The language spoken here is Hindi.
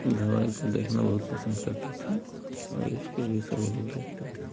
धारावाहिक को देखना बहुत पसन्द करते थे और इसको भी सभी लोग देखते थे